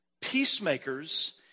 Peacemakers